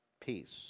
peace